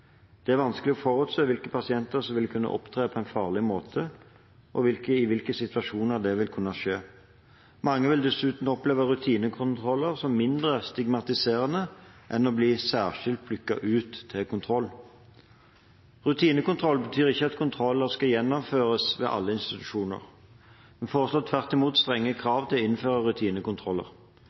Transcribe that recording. Det er vanskelig å forutse hvilke pasienter som vil kunne opptre på en farlig måte, og i hvilke situasjoner det vil kunne skje. Mange vil dessuten oppleve rutinekontroller som mindre stigmatiserende enn å bli særskilt plukket ut til kontroll. Rutinekontroll betyr ikke at kontroller skal gjennomføres ved alle institusjoner. Vi foreslår tvert imot strenge krav for å innføre rutinekontroller. Institusjonen må dokumentere at slike kontroller